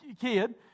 kid